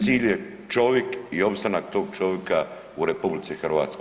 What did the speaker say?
Cilj je čovik i opstanak tog čovika u RH.